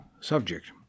subject